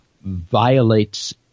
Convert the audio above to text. violates